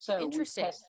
interesting